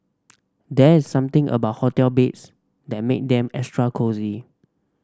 there is something about hotel beds that make them extra cosy